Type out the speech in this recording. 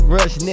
Rush